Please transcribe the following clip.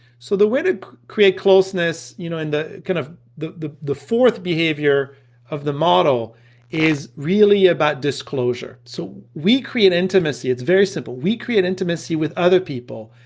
so the way to create closeness you know, in the kind of the the fourth behavior of the model is really about disclosure. so we create intimacy, it's very simple. we create intimacy with other people,